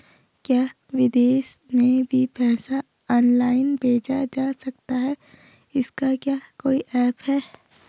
क्या विदेश में भी पैसा ऑनलाइन भेजा जा सकता है इसका क्या कोई ऐप है?